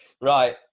Right